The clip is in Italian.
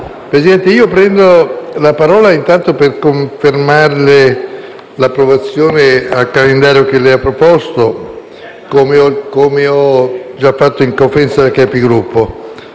Presidente, prendo la parola per confermarle, intanto, l'approvazione del calendario che lei ha proposto, come ho già fatto in Conferenza dei Capigruppo.